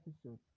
episode